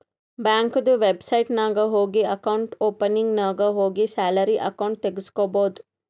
ಬ್ಯಾಂಕ್ದು ವೆಬ್ಸೈಟ್ ನಾಗ್ ಹೋಗಿ ಅಕೌಂಟ್ ಓಪನಿಂಗ್ ನಾಗ್ ಹೋಗಿ ಸ್ಯಾಲರಿ ಅಕೌಂಟ್ ತೆಗುಸ್ಕೊಬೋದು